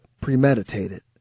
premeditated